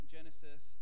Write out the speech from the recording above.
Genesis